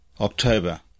October